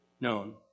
known